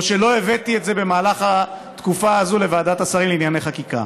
שלא הבאתי את זה במהלך התקופה הזאת לוועדת השרים לענייני חקיקה.